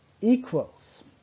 equals